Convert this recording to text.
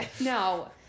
No